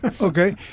Okay